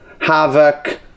Havoc